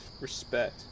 respect